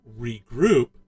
regroup